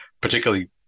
particularly